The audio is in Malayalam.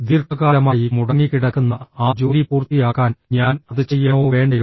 ദീർഘകാലമായി മുടങ്ങിക്കിടക്കുന്ന ആ ജോലി പൂർത്തിയാക്കാൻ ഞാൻ അത് ചെയ്യണോ വേണ്ടയോ